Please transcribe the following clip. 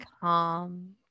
calm